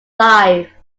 life